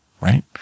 right